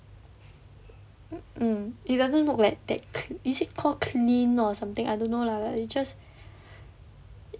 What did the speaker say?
mm it doesn't look like is it called clean or something I don't know lah like you just